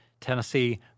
Tennessee